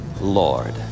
Lord